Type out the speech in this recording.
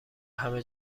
همه